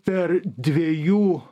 per dviejų